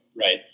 right